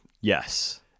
Yes